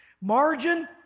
Margin